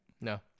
No